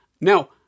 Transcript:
now